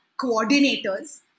coordinators